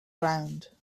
ground